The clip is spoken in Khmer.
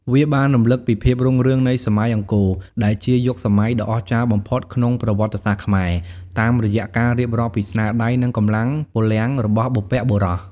វាបានរំឭកពីភាពរុងរឿងនៃសម័យអង្គរ ដែលជាយុគសម័យដ៏អស្ចារ្យបំផុតក្នុងប្រវត្តិសាស្ត្រខ្មែរ តាមរយៈការរៀបរាប់ពីស្នាដៃ និងកម្លាំងពលំរបស់បុព្វបុរស។